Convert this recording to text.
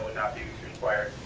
not be required.